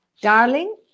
darling